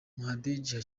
muhadjili